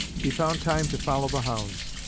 he found time to follow the hounds.